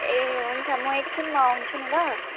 ए हुन्छ म एकछिनमा आउँछु नि ल